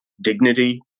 dignity